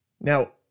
Now